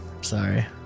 Sorry